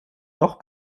doch